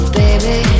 baby